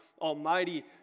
Almighty